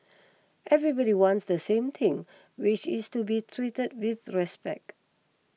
everybody wants the same thing which is to be treated with respect